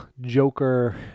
Joker